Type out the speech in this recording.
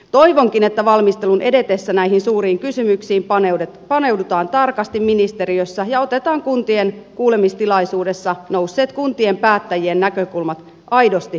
toivonkin että valmistelun edetessä näihin suuriin kysymyksiin paneudutaan tarkasti ministeriössä ja otetaan kuntien kuulemistilaisuudessa nousseet kuntien päättäjien näkökulmat aidosti huomioon